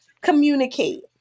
communicate